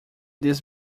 this